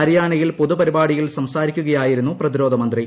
ഹരിയാനയിൽ പൊതുപരിപാടിയിൽ സംസാരിക്കുകയായിരുന്നു പ്രതിരോധമന്ത്രി